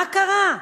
מה קרה?